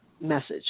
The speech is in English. message